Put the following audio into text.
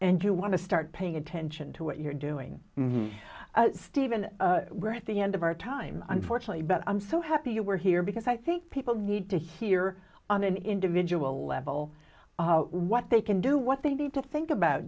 and you want to start paying attention to what you're doing stephen we're at the end of our time unfortunately but i'm so happy you were here because i think people need to hear on an individual level what they can do what they need to think about